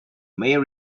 main